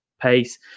pace